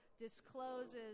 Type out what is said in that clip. Discloses